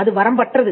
அது வரம்பற்றது